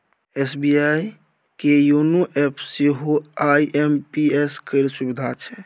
SBI के योनो एपमे सेहो आई.एम.पी.एस केर सुविधा छै